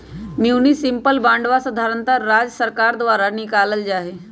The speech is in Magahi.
म्युनिसिपल बांडवा साधारणतः राज्य सर्कार द्वारा निकाल्ल जाहई